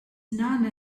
none